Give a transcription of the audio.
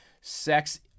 sex